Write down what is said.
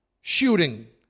shooting